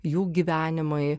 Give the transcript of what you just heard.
jų gyvenimai